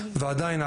ועדיין,